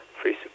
freeze